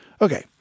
Okay